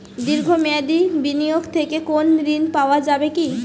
দীর্ঘ মেয়াদি বিনিয়োগ থেকে কোনো ঋন পাওয়া যাবে কী?